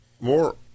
more